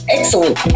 Excellent